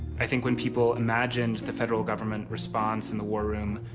i think when people imagined the federal government response in the war room,